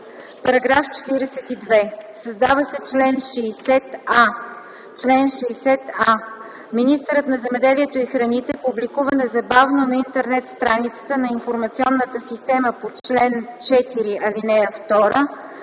„§ 42. Създава се чл. 60а: „Чл. 60а. Министърът на земеделието и храните публикува незабавно на Интернет-страницата на информационната система по чл. 4, ал. 2: